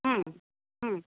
হুম হুম